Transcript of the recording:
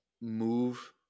move